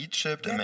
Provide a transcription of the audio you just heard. Egypt